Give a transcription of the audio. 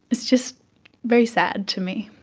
it's just very sad to me.